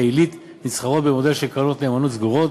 עילית נסחרות במודל של קרנות נאמנות סגורות,